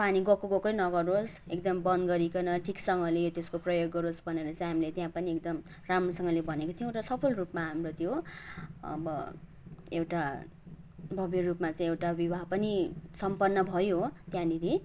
पानीको गएकोगएकै नगरोस् एकदम बन्द गरिदिइकन ठिकसँगले त्यसको प्रयोग गरोस् भनेर चाहिँ हामीलाई त्यहाँ पनि एकदम राम्रोसँगले भनेको थियौँ र सफल रूपमा हाम्रो त्यो अब एउटा भव्य रूपमा चाहिँ एउटा विवाह पनि सम्पन्न भयो त्यहाँनिर